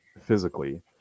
physically